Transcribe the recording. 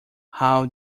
how